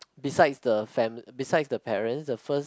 besides the family besides the parents the first